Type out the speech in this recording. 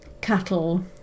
cattle